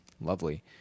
lovely